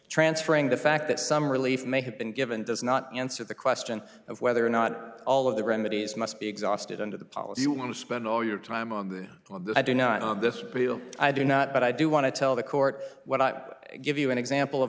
transferring the fact that some relief may have been given does not answer the question of whether or not all of the remedies must be exhausted under the policy you want to spend all your time on i do not on this appeal i do not but i do want to tell the court what i'll give you an example of